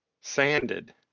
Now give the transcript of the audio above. Sanded